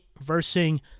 versing